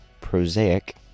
prosaic